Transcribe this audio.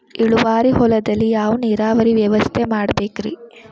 ಇಳುವಾರಿ ಹೊಲದಲ್ಲಿ ಯಾವ ನೇರಾವರಿ ವ್ಯವಸ್ಥೆ ಮಾಡಬೇಕ್ ರೇ?